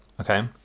okay